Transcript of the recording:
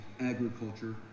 agriculture